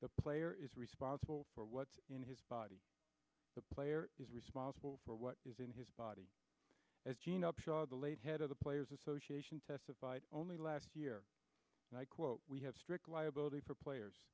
the player is responsible for what's in his body the player is responsible for what is in his body as gene upshaw the late head of the players association testified only last year and i quote we have strict liability for players